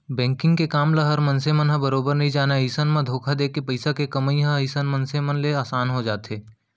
banking के काम ल हर मनसे ह बरोबर नइ जानय अइसन म धोखा देके पइसा के कमई ह अइसन मनसे मन ले असान हो जाथे